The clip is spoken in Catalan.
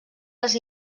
les